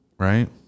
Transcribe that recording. right